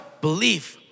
belief